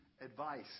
advice